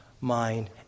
mind